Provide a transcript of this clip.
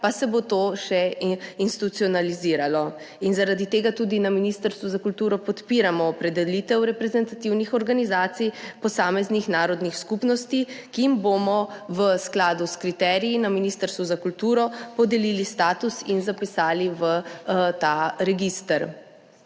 pa se bo to še institucionaliziralo. Zaradi tega tudi na Ministrstvu za kulturo podpiramo opredelitev reprezentativnih organizacij posameznih narodnih skupnosti, ki jim bomo v skladu s kriteriji na Ministrstvu za kulturo podelili status in jih zapisali v ta register.